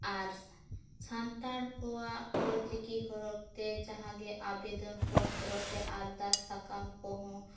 ᱟᱨ ᱥᱟᱱᱛᱟᱲ ᱠᱚᱣᱟᱜ ᱚᱞᱪᱤᱠᱤ ᱦᱚᱨᱚᱯ ᱛᱮ ᱡᱟᱦᱟᱸᱜᱮ ᱟᱵᱮᱫᱚᱱ ᱯᱚᱛᱨᱚ ᱥᱮ ᱟᱨᱫᱟᱥ ᱥᱟᱠᱟᱢ ᱠᱚᱦᱚᱸ